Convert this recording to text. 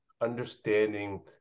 understanding